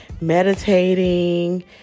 meditating